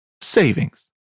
savings